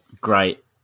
Great